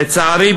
לצערי,